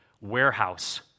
warehouse